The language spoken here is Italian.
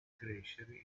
crescere